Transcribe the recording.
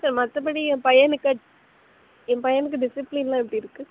sir மற்றபடி என் பையனுக்கு என் பையனுக்கு டிசிப்ளீன்லாம் எப்படி இருக்கு